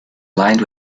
lined